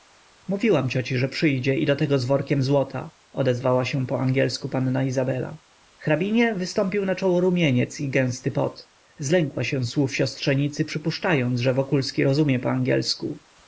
mówiłam cioci że przyjdzie i do tego z workiem złota odezwała się po angielsku panna izabela hrabinie wystąpił na czoło rumieniec i gęsty pot zlękła się słów siostrzenicy przypuszczając że wokulski rozumie po angielsku